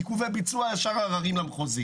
עיכובי ביצוע ישר למחוזי.